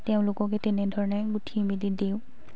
তেওঁলোককে তেনেধৰণে গুঁঠি মেলি দিওঁ